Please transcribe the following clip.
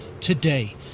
today